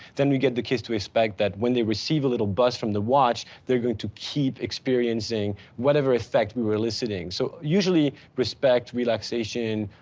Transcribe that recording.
then we get the kids to expect that when they receive a little buzz from the watch. they're going to keep experiencing whatever effect we were listening. so usually respect, relaxation,